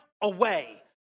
away